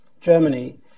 Germany